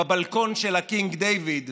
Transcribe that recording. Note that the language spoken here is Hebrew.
בבלקון של הקינג דיוויד,